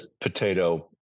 potato